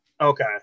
okay